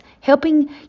helping